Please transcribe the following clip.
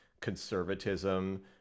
conservatism